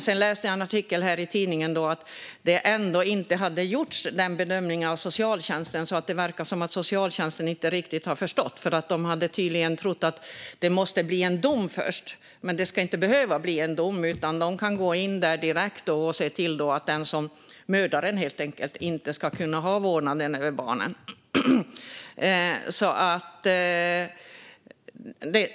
Jag läste dock i en artikel i tidningen att denna bedömning ändå inte hade gjorts av socialtjänsten, så det verkar som att socialtjänsten inte riktigt har förstått. De hade tydligen trott att det måste bli en dom först, men det ska inte behöva bli en dom, utan de kan gå in direkt och se till att mördaren inte ska kunna ha vårdnaden av barnen.